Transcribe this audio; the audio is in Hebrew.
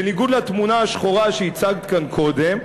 בניגוד לתמונה השחורה שהצגת כאן קודם,